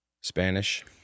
Spanish